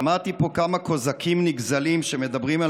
שמעתי פה כמה קוזקים נגזלים שמדברים על